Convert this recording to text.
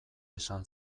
esan